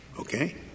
okay